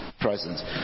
presence